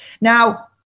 Now